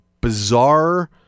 bizarre